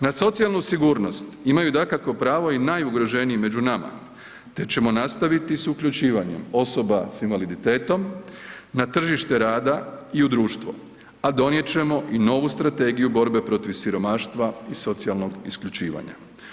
Na socijalnu sigurnost imaju dakako pravo i najugroženiji među nama te ćemo nastaviti s uključivanjem osoba s invaliditetom na tržište rada i u društvo, a donijet ćemo i novu strategiju borbe protiv siromaštva i socijalnog isključivanja.